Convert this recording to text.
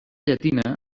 llatina